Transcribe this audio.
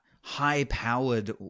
high-powered